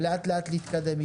ולאט לאט להתקדם.